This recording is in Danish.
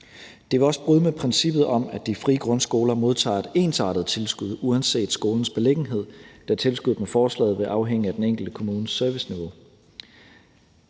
Det vil også bryde med princippet om, at de frie grundskoler modtager et ensartet tilskud uanset skolens beliggenhed, da tilskuddet med forslaget vil afhænge af den enkelte kommunes serviceniveau.